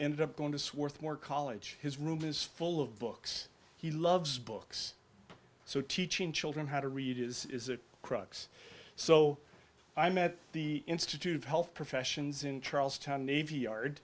ended up going to swarthmore college his room is full of books he loves books so teaching children how to read is crux so i'm at the institute of health professions in charlestown navy yard